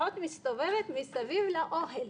אחות מסתובבת מסביב לאוהל: